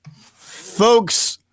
Folks